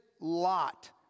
lot